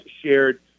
shared